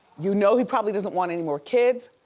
you know he probably doesn't want any more kids.